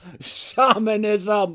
Shamanism